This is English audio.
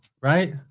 right